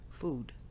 Food